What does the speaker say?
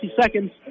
seconds